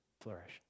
flourish